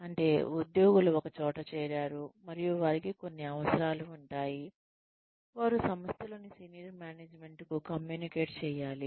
అంటే ఉద్యోగులు ఒకచోట చేరారు మరియు వారికి కొన్ని అవసరాలు ఉంటాయి వారు సంస్థలోని సీనియర్ మేనేజ్మెంట్కు కమ్యూనికేట్ చేయాలి